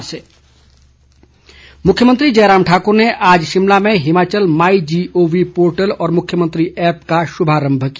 मुख्यमंत्री मुख्यमंत्री जयराम ठाकुर ने आज शिमला में हिमाचल माई जीओवी पोर्टल और मुख्यमंत्री ऐप्प का शुभारंभ किया